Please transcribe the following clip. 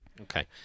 Okay